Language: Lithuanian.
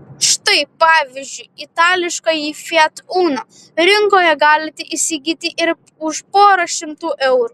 štai pavyzdžiui itališkąjį fiat uno rinkoje galite įsigyti ir už porą šimtų eurų